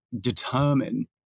determine